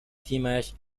تیمش